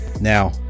now